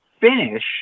finish